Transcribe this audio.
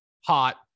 hot